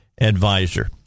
Advisor